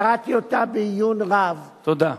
קראתי אותה בעיון רב, תודה.